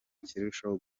kirushaho